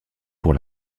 pour